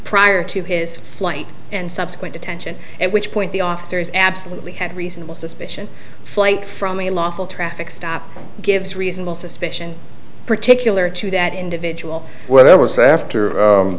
prior to his flight and subsequent detention at which point the officers absolutely had reasonable suspicion flight from a lawful traffic stop gives reasonable suspicion particular to that individual whatever so after